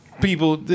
People